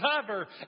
cover